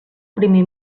primer